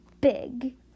big